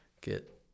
get